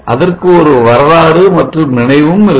அதற்கு ஒரு வரலாறு மற்றும் நினைவும் இருக்கும்